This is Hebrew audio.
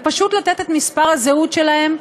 ופשוט לתת את מספר הזהות שלהם,